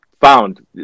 found